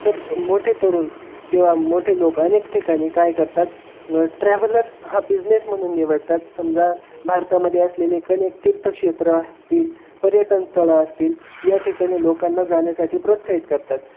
तर मोठे तरुण किंवा मोठे लोक अनेक ठिकाणी काय करतात ट्रॅव्हलर्स हा बिझनेस म्हणून निवडतात समजा भारतामध्ये असलेले अनेक तीर्थक्षेत्र असतील पर्यटनस्थळं असतील या ठिकाणी लोकांना जाण्यासाठी प्रोत्साहित करतात